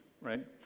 right